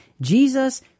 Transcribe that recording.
Jesus